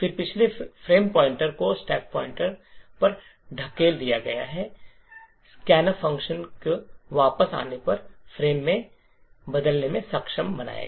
फिर पिछले frame pointer को स्टैक पर धकेल दिया गया है जो स्कैन फ़ंक्शन के वापस आने पर फ्रेम को बदलने में सक्षम बनाएगा